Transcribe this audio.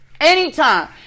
Anytime